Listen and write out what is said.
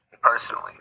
personally